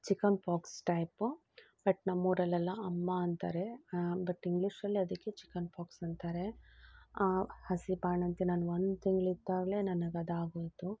chicken pox type but ನಮ್ಮೂರಲ್ಲೆಲ್ಲ ಅಮ್ಮ ಅಂತಾರೆ ಬಟ್ ಇಂಗ್ಲೀಷಲ್ಲಿ ಅದಕ್ಕೆ ಚಿಕನ್ ಪಾಕ್ಸ್ ಅಂತಾರೆ ಹಸಿ ಬಾಣಂತಿ ನಾನು ಒಂದು ತಿಂಗಳಿದ್ದಾಗ್ಲೇ ನನಗದಾಗೋಯಿತು